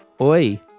oi